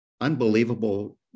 unbelievable